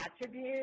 attribute